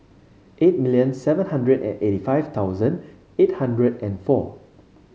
eight million seven hundred and eighty five thousand eight hundred and four